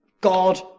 God